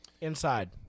inside